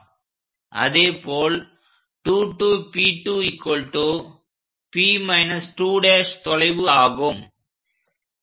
அதேபோல் 2 P2P 2' தொலைவு ஆகும்